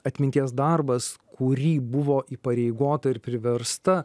atminties darbas kurį buvo įpareigota ir priversta